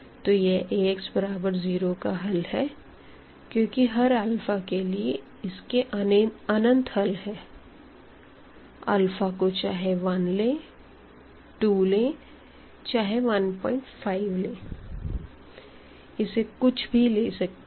तो यह Ax0 का हल है क्योंकि हर अल्फा के लिए इसके अनंत हल है अल्फा को चाहे 1 लें 2 लें चाहे 15 लें इसे कुछ भी ले सकते हैं